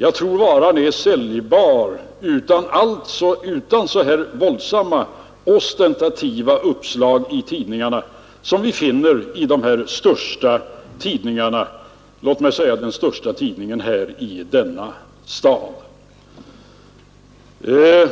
Jag tror att äljbar utan så här våldsamt ostentativa uppslag som vi finner i de största tidningarna, låt oss säga den största tidningen i denna stad. Det